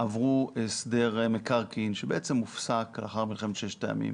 עברו הסדר מקרקעין שבעצם הופסק לאחר מלחמת ששת הימים.